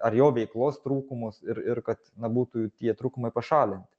ar jo veiklos trūkumus ir ir kad na būtų tie trūkumai pašalinti